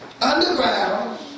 Underground